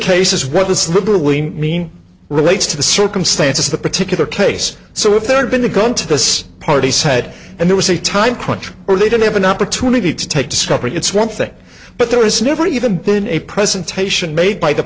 cases what this literally mean relates to the circumstances of the particular case so if there had been the qantas party said and there was a time crunch or they didn't have an opportunity to take discovery it's one thing but there is never even been a presentation made by the